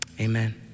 Amen